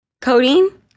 Codeine